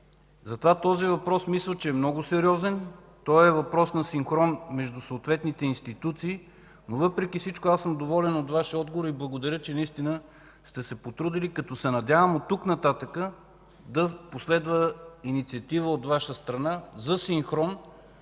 че този въпрос е много сериозен. Той е въпрос на синхрон между съответните институции. Въпреки всичко, доволен съм от Вашия отговор и Ви благодаря, че наистина сте се потрудили. Надявам се от тук нататък да последва инициатива от Ваша страна за синхрон,